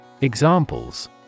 Examples